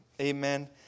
amen